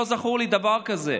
ולא זכור לי דבר כזה.